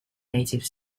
native